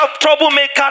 troublemaker